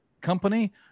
company